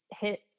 hit